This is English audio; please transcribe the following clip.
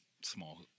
small